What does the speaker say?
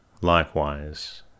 likewise